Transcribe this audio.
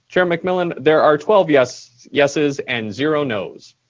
chair mcmillan there are twelve yeses yeses and zero nos.